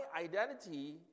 identity